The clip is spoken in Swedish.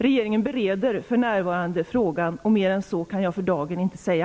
Regeringen bereder för närvarande frågan, och mer än så kan jag för dagen inte säga.